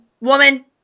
woman